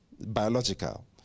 biological